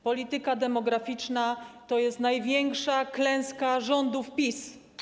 Polityka demograficzna to jest największa klęska rządów PiS.